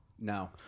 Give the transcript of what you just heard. No